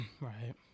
right